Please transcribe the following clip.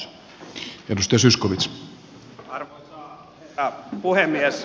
arvoisa herra puhemies